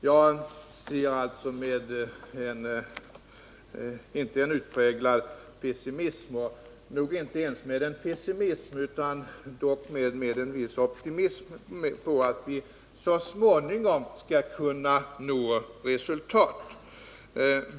Jag ser alltså inte med utpräglad pessimism — inte ens med viss pessimism — utan med en viss optimism på detta och tror att vi så småningom skall kunna nå resultat.